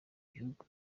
gihugu